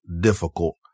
difficult